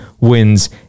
Wins